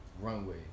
runway